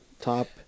Top